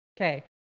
Okay